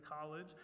college